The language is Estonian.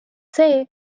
see